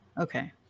Okay